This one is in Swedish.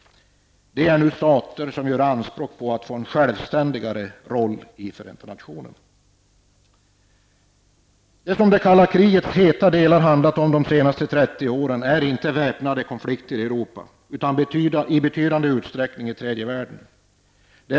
Dessa stater gör nu anspråk på en självständigare roll i Förenta nationerna. Det som det kalla krigets heta delar har handlat om under de senaste 30 åren är inte väpnade konflikter i Europa utan i betydande utsträckning i tredje världen.